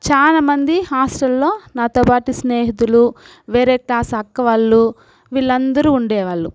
చానామంది హాస్టల్లో నాతో పాటు స్నేహితులు వేరే క్లాసు అక్కవాళ్ళు వీళ్లందురూ ఉండేవాళ్ళు